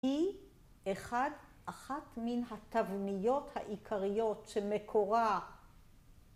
‫היא אחת מן התבניות העיקריות ‫שמקורה...